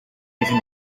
even